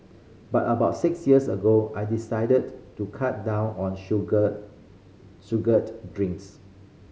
but about six years ago I decided to cut down on sugar sugared drinks